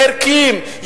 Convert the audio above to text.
ערכיים,